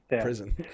prison